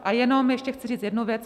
A jenom ještě chci říct jednu věc.